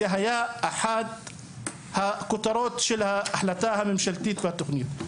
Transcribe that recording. זו הייתה אחת מהכותרות של הממשלה בתוכנית.